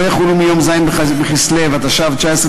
לא יחולו מיום ז' בכסלו התשע"ו,